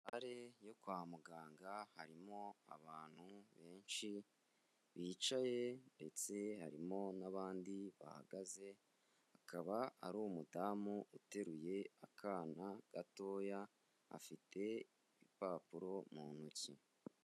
Sare yo kwa muganga harimo abantu benshi bicaye ndetse harimo n'abandi bahagaze, akaba ari umudamu uteruye akana gatoya, afite ipapuro mu ntoki.